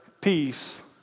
peace